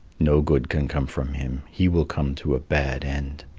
no good can come from him he will come to a bad end.